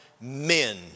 men